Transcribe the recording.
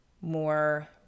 more